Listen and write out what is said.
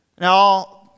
Now